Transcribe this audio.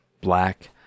black